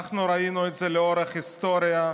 אנחנו ראינו את זה לאורך ההיסטוריה.